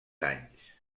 anys